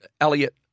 Elliot